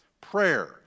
prayer